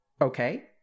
Okay